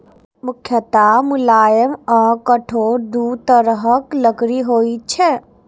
मुख्यतः मुलायम आ कठोर दू तरहक लकड़ी होइ छै